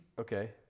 Okay